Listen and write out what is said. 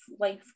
life